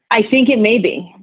i think it may be,